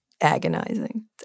agonizing